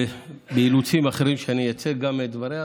מאילוצים אחרים, שאני אייצג גם אותה.